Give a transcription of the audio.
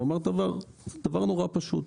הוא אמר דבר נורא פשוט.